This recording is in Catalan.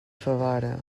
favara